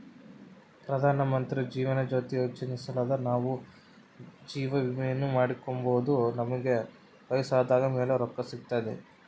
ಪ್ರಧಾನಮಂತ್ರಿ ಜೀವನ ಜ್ಯೋತಿ ಯೋಜನೆಲಾಸಿ ನಾವು ಜೀವವಿಮೇನ ಮಾಡಿಕೆಂಬೋದು ನಮಿಗೆ ವಯಸ್ಸಾದ್ ಮೇಲೆ ರೊಕ್ಕ ಸಿಗ್ತತೆ